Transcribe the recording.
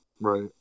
Right